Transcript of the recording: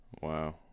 wow